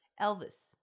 elvis